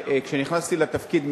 כשנכנסתי לתפקיד,